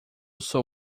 sou